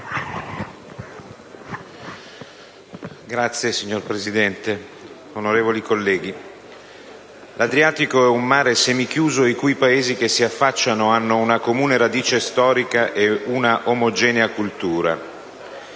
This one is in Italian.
Signora Presidente, onorevoli colleghi, l'Adriatico è un mare semichiuso e i Paesi che vi si affacciano hanno una comune radice storica e una omogenea cultura.